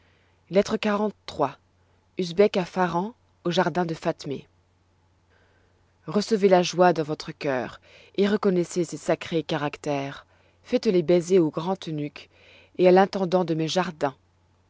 lettre xliii usbek à pharan aux jardins de fatmé r ecevez la joie dans votre cœur et reconnaissez ces sacrés caractères faites-les baiser au grand eunuque et à l'intendant de mes jardins